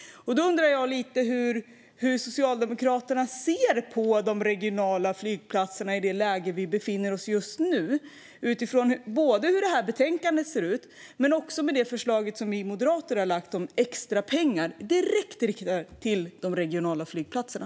Jag undrar hur Socialdemokraterna ser på de regionala flygplatserna i det läge där vi befinner oss just nu, både utifrån hur betänkandet ser ut och utifrån det förslag som vi moderater har lagt fram om extra pengar direkt riktade till de regionala flygplatserna.